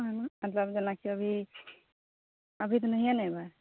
मतलब जेनाकि अभी अभी तऽ नहिये ने अयबै